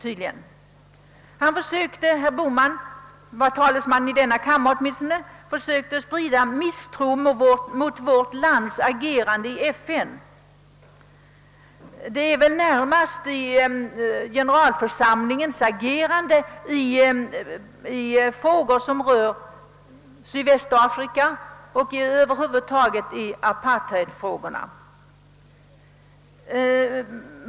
Herr Bohman försökte som högerns talesman i denna kammare sprida misstro mot vårt agerande i FN, framför allt tydligen när det gäller generalförsamlingens behandling av frågor som rör Sydvästafrika och över huvud taget apartheidpolitiken.